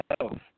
health